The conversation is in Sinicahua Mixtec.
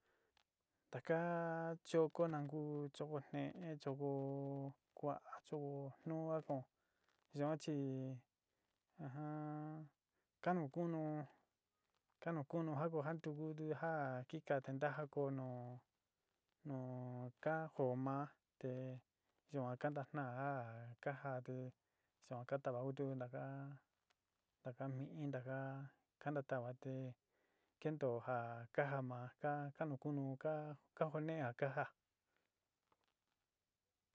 Taka xoko nanguu xoko ne'e xoko kuá chó no ha ko'ó yoxín aján, kanuu kunuu, kanuu kunu januu kanduu ndujá ki'ika tendaja kunuu noka joma'a te yojan kanda naja'á ha kajaté xouun ndakate nujute naja'a ndaka mi'í naja'a takanguaté kendó jan kaja ma'a ka'a kanuu kunuu ka'a kajonea kaja.